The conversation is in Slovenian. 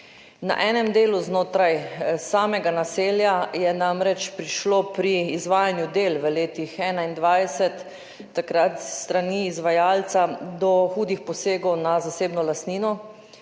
Na enem delu znotraj samega naselja je namreč prišlo pri izvajanju del v letu 2021 s strani izvajalca do hudih posegov na zasebno lastnino